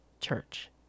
church